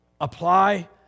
Apply